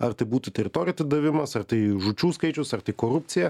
ar tai būtų teritorijų atidavimas ar tai žūčių skaičius ar tai korupcija